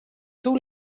too